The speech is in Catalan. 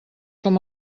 com